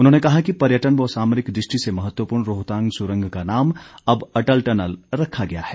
उन्होंने कहा कि पर्यटन व सामरिक दृष्टि से महत्वपूर्ण रोहतांग सुरंग का नाम अब अटल टनल रखा गया है